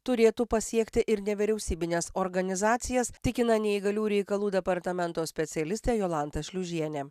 turėtų pasiekti ir nevyriausybines organizacijas tikina neįgaliųjų reikalų departamento specialistė jolanta šliužienė